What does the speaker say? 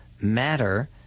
matter